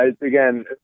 again